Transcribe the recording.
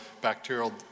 bacterial